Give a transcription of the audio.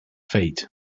fate